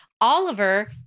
Oliver